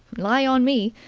rely on me.